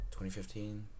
2015